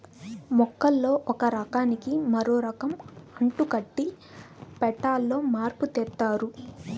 మొక్కల్లో ఒక రకానికి మరో రకం అంటుకట్టి పెట్టాలో మార్పు తెత్తారు